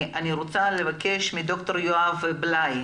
אני רוצה לבקש מד"ר יואב בליי,